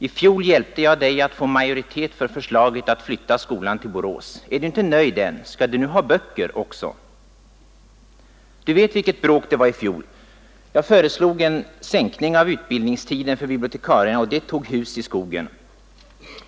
I fjol hjälpte jag dig att få majoritet för förslaget att flytta skolan till Borås. Är du inte nöjd än? Skall du nu ha böcker också? Ingvar: Du vet vilket bråk det var i fjol. Jag föreslog en sänkning av utbildningstiden för bibliotekarierna, och det tog hus i skogen.